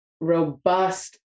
robust